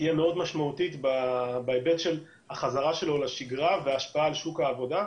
תהיה מאוד משמעותית בהיבט של החזרה שלו לשגרה וההשפעה על שוק העבודה,